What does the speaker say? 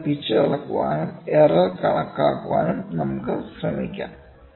അതിനാൽ പിച്ച് അളക്കാനും എറർ കണക്കാക്കാനും നമുക്കു ശ്രമിക്കാം